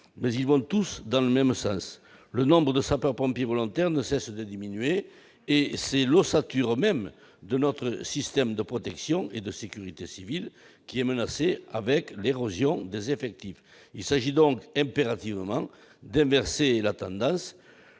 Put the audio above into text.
mais tous vont dans le même sens : le nombre de sapeurs-pompiers volontaires ne cesse de diminuer. C'est l'ossature même de notre système de protection et de sécurité civile qui est menacée du fait de l'érosion des effectifs. Il faut impérativement inverser la tendance.